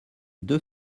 deux